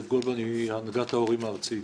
מהנהגת ההורים הארצית.